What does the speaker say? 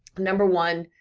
number one,